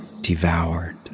devoured